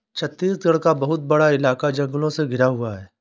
छत्तीसगढ़ का बहुत बड़ा इलाका जंगलों से घिरा हुआ है